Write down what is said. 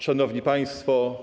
Szanowni Państwo!